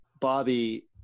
Bobby